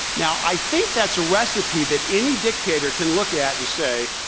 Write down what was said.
now, i think that's a recipe that any dictator can look at and say,